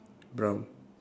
brown